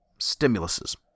stimuluses